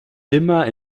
immer